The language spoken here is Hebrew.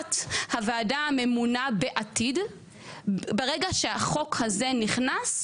תפיסת הוועדה הממונה בעתיד ברגע שהחוק הזה נכנס,